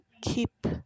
keep